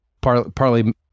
partly